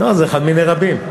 זה אחד מני רבים.